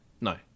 no